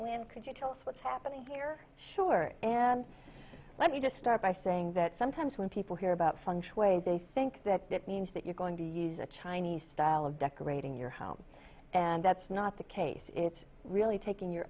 when could you tell us what's happening here sure and let me just start by saying that sometimes when people hear about function way they think that that means that you're going to use a chinese style of decorating your home and that's not the case it's really taking your